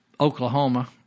Oklahoma